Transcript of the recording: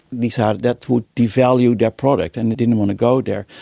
decided that would devalue their product and they didn't want to go there.